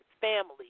family